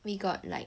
we got like